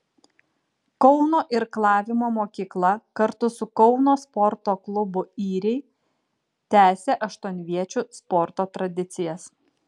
kauno irklavimo mokykla kartu su kauno sporto klubu yriai tęsė aštuonviečių sporto tradicijas